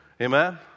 Amen